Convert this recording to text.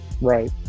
Right